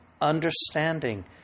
understanding